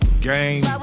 Game